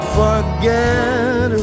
forget